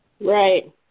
Right